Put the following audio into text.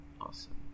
Awesome